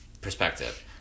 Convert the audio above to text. perspective